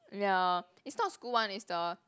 ya is not school one is the